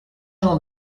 jean